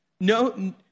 no